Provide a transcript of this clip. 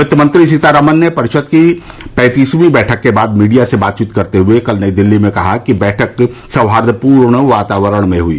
वित्तमंत्री सीतारामन ने परिषद की पैंतीसवीं बैठक के बाद मीडिया से बातचीत करते हए कल नई दिल्ली में कहा कि बैठक सौहाईपूर्ण वातावरण में हुई